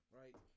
right